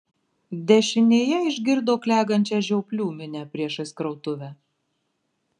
dešinėje išgirdo klegančią žioplių minią priešais krautuvę